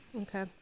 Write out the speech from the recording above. okay